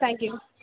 thank you